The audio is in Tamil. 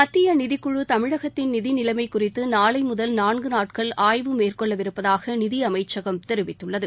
மத்திய நிதிக்குழு தமிழகத்தின் நிதி நிலைமை குறித்து நாளை முதல் நான்கு நாட்கள் ஆய்வு மேற்கொள்ளவிருப்பதாக நிதி அமைச்சம் தெரிவித்துள்ளது